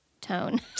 tone